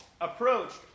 approached